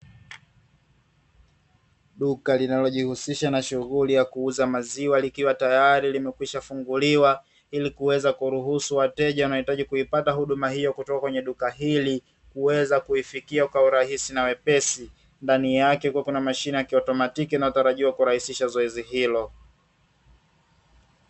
Duka linalojihusisha na shughuli ya kuuza maziwa likiwa tayari limekwisha funguliwa, ili kuweza kuruhusu wateja wanaoitaji huduma hiyo kutoka kwenye duka hili kuweza kuifikia vizuri na kwa urahisi na wepesi. Ndani yake kukiwa na mashine ya kiautomatiki inayotarajiwa kurahisisha zoezi hilo.